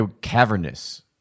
cavernous